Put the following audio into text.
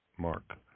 mark